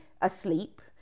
asleep